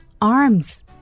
Arms